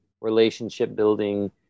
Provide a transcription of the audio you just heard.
relationship-building